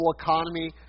economy